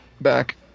back